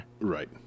Right